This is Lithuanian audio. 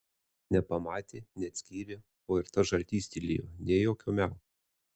nepamatė neatskyrė o ir tas žaltys tylėjo nė jokio miau